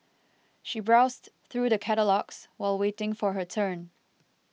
she browsed through the catalogues while waiting for her turn